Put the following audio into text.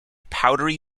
powdery